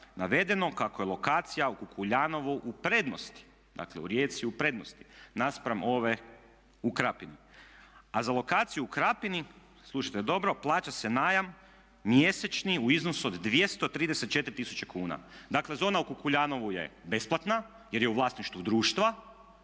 navedeno kako je lokacija u Kukuljanovu u prednosti, dakle u Rijeci u prednosti naspram ove u Krapini. A za lokaciju u Krapini, slušajte dobro, plaća se najam mjesečni u iznosu od 234 tisuće kuna. Dakle zona u Kukuljanovu je besplatna jer je u vlasništvu društva,